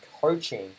coaching